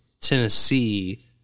Tennessee